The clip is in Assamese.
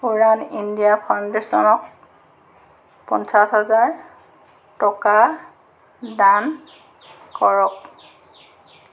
উড়ান ইণ্ডিয়া ফাউণ্ডেশ্যনক পঞ্চাছ হেজাৰ টকা দান কৰক